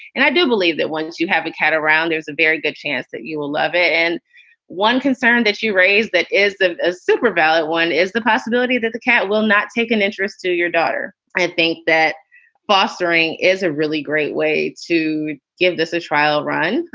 and i do believe that once you have a cat around, there's a very good chance that you will love it. and one concern that you raise that is a super valid one is the possibility that the cat will not take an interest to your daughter. i think that fostering is a really great way to give this a trial run.